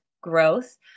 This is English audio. growth